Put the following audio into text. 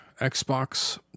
Xbox